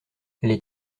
les